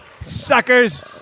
Suckers